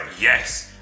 yes